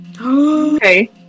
Okay